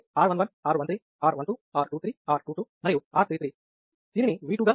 ఒక సర్క్యూట్ తీసుకుందాం దీనిలో V1 అలాగే R11 R13 R12 R23 R22 మరియు R33 దీనిని V2 గా గుర్తించండి